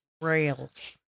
rails